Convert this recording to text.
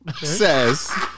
says